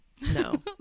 No